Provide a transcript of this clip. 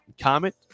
comment